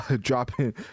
dropping